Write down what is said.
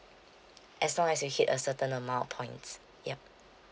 as long as you hit a certain amount of points yup